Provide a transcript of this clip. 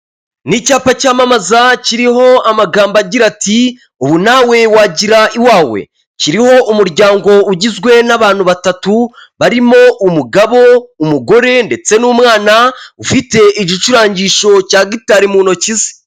Ni icyapa cyamamaza kiriho amagambo agira ati;"Ubu nawe wagira iwawe." Kiriho umuryango ugizwe n'abantu batatu, barimo umugabo, umugore ndetse n'umwana ufite igicurangisho cya gitari mu ntoki ze.